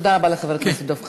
תודה רבה לחבר הכנסת דב חנין.